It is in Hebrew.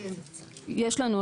יש לנו.